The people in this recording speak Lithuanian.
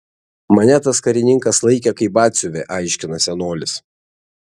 mane tas karininkas laikė kaip batsiuvį aiškina senolis